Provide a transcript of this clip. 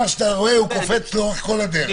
דבר שקופץ לאורך כל הדרך.